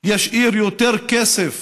ישאיר יותר כסף